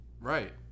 Right